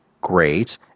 great